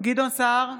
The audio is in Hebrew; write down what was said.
גדעון סער,